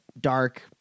dark